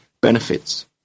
benefits